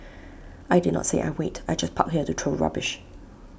I did not say I wait I just park here to throw rubbish